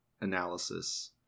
analysis